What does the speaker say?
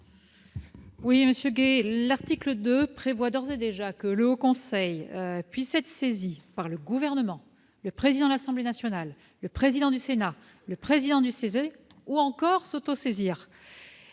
durable ? L'article 2 prévoit d'ores et déjà que le Haut Conseil puisse être saisi par le Gouvernement, le président de l'Assemblée nationale, le président du Sénat, le président du CESE, ou encore s'autosaisir.